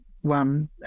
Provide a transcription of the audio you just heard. one